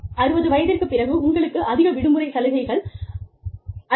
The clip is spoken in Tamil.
60 வயதிற்குப் பிறகு உங்களுக்கு அதிக விடுமுறை சலுகைகள் அளிக்கப்படும்